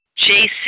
jc